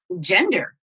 gender